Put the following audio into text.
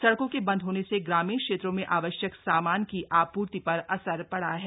सड़कों के बंद होने से ग्रामीण क्षेत्रों में आवश्यक सामान की आपूर्ति पर असर पड़ा है